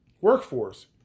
workforce